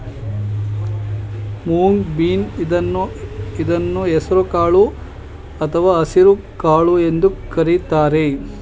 moong bean ಇದನ್ನು ಹೆಸರು ಕಾಳು ಅಥವಾ ಹಸಿರುಕಾಳು ಎಂದು ಕರಿತಾರೆ